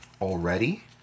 already